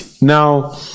Now